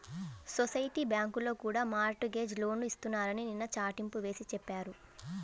society బ్యాంకుల్లో కూడా mortgage లోన్లు ఇస్తున్నారని నిన్న చాటింపు వేసి చెప్పారు